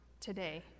today